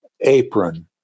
apron